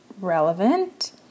relevant